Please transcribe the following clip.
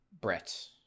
brett